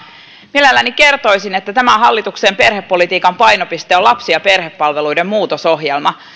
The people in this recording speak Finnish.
mielelläni kertoisin että tämän hallituksen perhepolitiikan painopiste on lapsi ja perhepalveluiden muutosohjelma